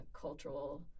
cultural